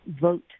Vote